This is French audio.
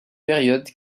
période